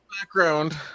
background